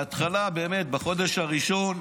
בהתחלה, בחודש הראשון,